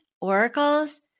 oracles